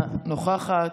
אינה נוכחת,